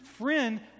friend